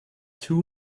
two